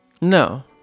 No